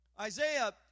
Isaiah